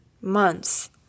months